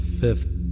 fifth